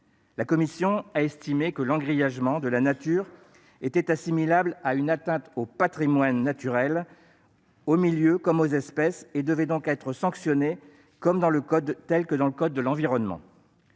La commission a estimé que l'engrillagement de la nature était assimilable à une atteinte au patrimoine naturel, aux milieux comme aux espèces, et qu'il devait être sanctionné comme tel dans le code de l'environnement.